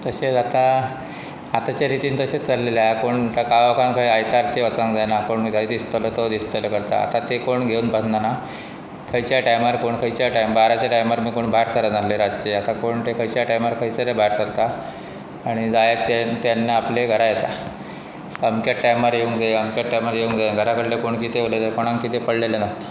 तशेंच आतां आतांच्या रितीन तशेंच चल्लेले आसले कोण गांवोकान खंय आयतार तें वचोंक जायना कोण जाय दिसतलो तो दिसतलो करता आतां तें कोण घेवन बसना खंयच्या टायमार कोण खंयच्या टायमार बाराच्या टायमार बी कोण भायर सरत जर आसले रातचे आत कोण ते खंयच्या टायमार खंयसर भायर सरता आनी जाय ते तेन्ना आपले घरा येता अमक्याच टायमार येवंक जाय अमक्या टायमार येवंक जाय घरा कडले कोण कितें उेवले जाय कोणाक किते पडलेले नासता